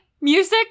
music